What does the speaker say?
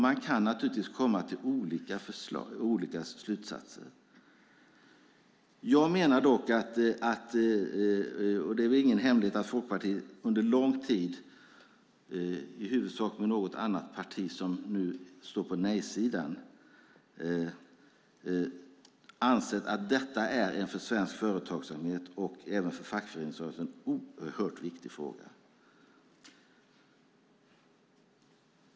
Man kan naturligtvis komma till olika slutsatser. Det är väl ingen hemlighet att Folkpartiet under lång tid, i huvudsak med något annat parti som nu står på nej-sidan, ansett att detta är en för svensk företagsamhet och även för fackföreningsrörelsen oerhört viktig fråga.